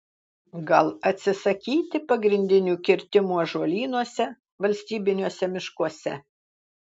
gal atsisakyti pagrindinių kirtimų ąžuolynuose valstybiniuose miškuose